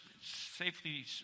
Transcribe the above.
safely